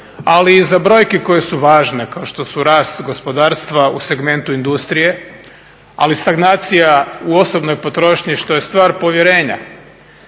ali i iza brojki koje su važne kao što su rast gospodarstva u segmentu industrije. Ali stagnacija u osobnoj potrošnji što je stvar povjerenja,